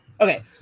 Okay